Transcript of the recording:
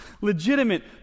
Legitimate